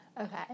Okay